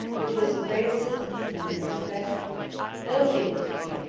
which was of great assistance to them in their profession though, she continued,